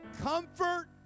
comfort